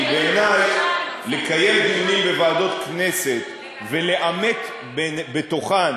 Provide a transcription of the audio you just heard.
כי בעיני לקיים דיונים בוועדות כנסת ולעמת בתוכן